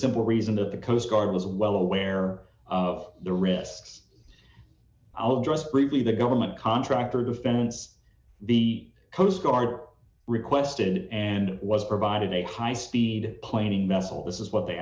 simple reason that the coast guard was well aware of the risks i'll address briefly the government contractor defense the coast guard requested and was provided a high speed planing missile this is what they